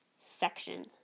section